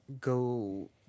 go